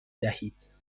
دهید